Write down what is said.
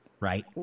right